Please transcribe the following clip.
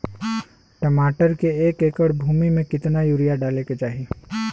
टमाटर के एक एकड़ भूमि मे कितना यूरिया डाले के चाही?